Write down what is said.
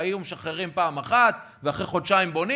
היו משחררים פעם אחת ואחרי חודשיים בונים,